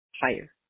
higher